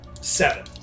Seven